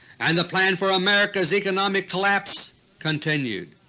and the plan for america's economic collapse continued.